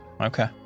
Okay